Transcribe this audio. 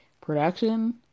production